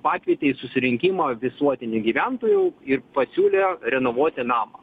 pakvietė į susirinkimą visuotinį gyventojų ir pasiūlė renovuoti namą